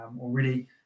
Already